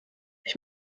ich